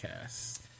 cast